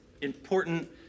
important